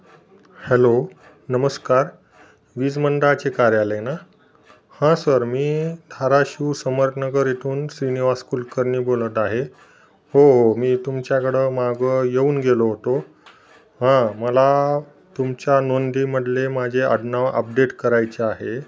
hello नमस्कार वीजमंडळाचे कार्यालय ना हां सर मी धाराशिव समरनगर इथून श्रीनिवास कुलकर्नी बोलत आहे हो हो मी तुमच्याकडं मागं येऊन गेलो होतो हां मला तुमच्या नोंदीमधले माझे आडनाव अपडेट करायचे आहे